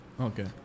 Okay